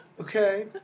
Okay